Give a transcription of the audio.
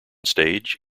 stage